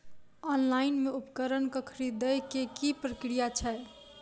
Online मे उपकरण केँ खरीदय केँ की प्रक्रिया छै?